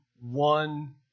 one